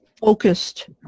focused